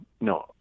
no